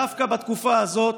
דווקא בתקופה הזאת,